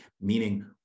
meaning